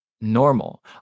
normal